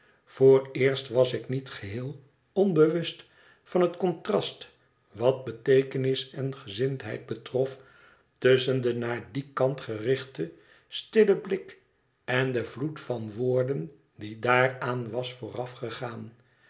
vooreerst was ik niet geheel onbewust van het contrast wat beteekenis en gezindheid betrof tusschen den naar dien kant gerichten stillen blik en den vloed van woorden die daaraan was